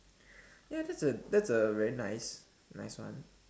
ya that's a that's a very nice nice one